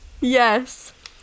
Yes